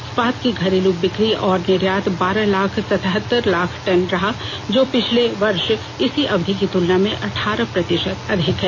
इस्पात की घरेलू बिकी और निर्यात बारह लाख सतहत्तर लाख टन रहा जो पिछले वर्ष इसी अवधि की तुलना में अठारह प्रतिशत अधिक है